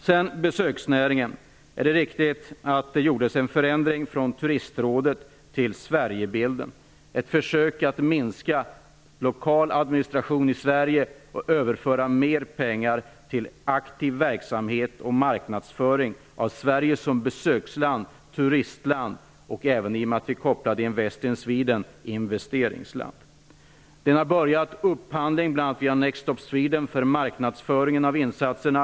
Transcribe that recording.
Vad gäller besöksnäringen vill jag säga att det är riktigt att Turistrådet ändrades till Sverigebilden. Det var ett försök att minska den lokala administrationen i Sverige och överföra mer pengar till aktiv verksamhet och marknadsföring av Sverige som besöksland, turistland och även -- i och med att vi kopplade in Invest in Sweden -- Upphandlingen har börjat. Next Stop Sweden har hand om marknadsföringen av insatserna.